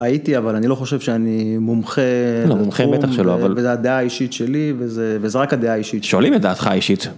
הייתי אבל אני לא חושב שאני מומחה, לא מומחה בטח שלא, וזה הדעה האישית שלי וזה רק הדעה האישית שלי. שואלים את דעתך אישית.